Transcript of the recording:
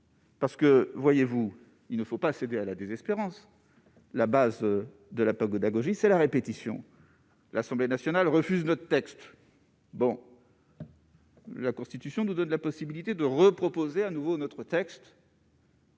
nouvelle lecture. Il ne faut pas céder à la désespérance. La base de la pédagogie, c'est la répétition. L'Assemblée nationale refuse notre texte. La Constitution nous donne la possibilité de le proposer de nouveau. Pourquoi